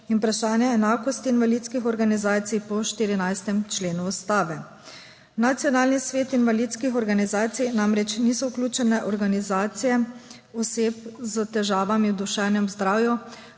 in vprašanje enakosti invalidskih organizacij po 14. členu Ustave. V Nacionalni svet invalidskih organizacij namreč niso vključene organizacije oseb s težavami v duševnem zdravju,